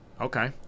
Okay